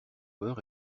beurre